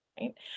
right